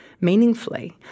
meaningfully